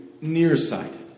nearsighted